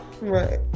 Right